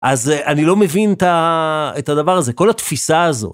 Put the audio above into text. אז אני לא מבין את הדבר הזה, כל התפיסה הזאת.